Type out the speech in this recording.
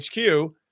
HQ